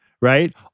Right